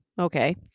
Okay